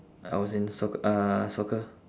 I was in soc~ uh soccer